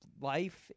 life